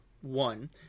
One